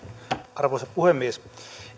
arvoisa puhemies